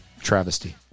Travesty